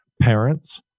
parents